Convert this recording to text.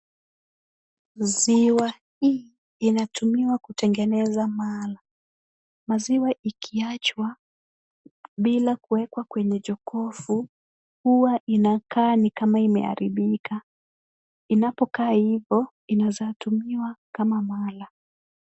Ziwa hii inatumiwa kutengeneza mala. Maziwa ikiachwa bila kuwekwa kwenye jokofu, huwa inakaa kama imeharibika. Inapokaa ivo, inaezatumiwa kama mala.